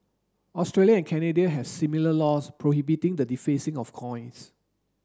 Australia and Canada has similar laws prohibiting the defacing of coins